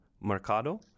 Mercado